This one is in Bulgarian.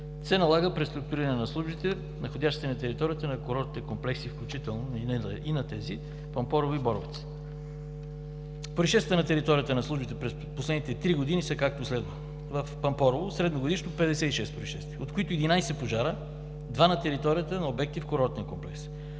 се налага преструктуриране на службите, находящи се на територията на курортните комплекси, включително и на тези – Пампорово и Боровец. Произшествията на територията на службите през последните три години са, както следва: в Пампорово средногодишно 56 произшествия, от които 11 пожара, два на територията на обекти в курортния комплекс;